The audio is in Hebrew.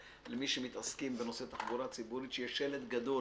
למי שמתעסקים בנושא תחבורה ציבורית שיש שלט גדול